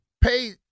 pay